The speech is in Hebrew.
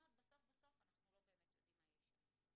בסוף בסוף אנחנו לא באמת יודעים מה יש שם.